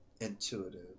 intuitive